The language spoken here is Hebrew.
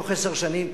בתוך עשר שנים,